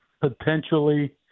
potentially